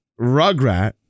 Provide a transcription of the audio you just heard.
Rugrat